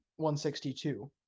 162